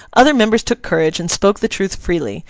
other members took courage and spoke the truth freely,